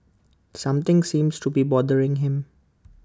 something seems to be bothering him